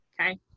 Okay